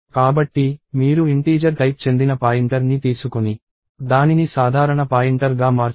కాబట్టి మీరు integer type చెందిన పాయింటర్ని తీసుకొని దానిని సాధారణ పాయింటర్గా మార్చవచ్చు